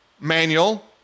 Manual